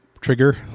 trigger